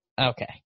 Okay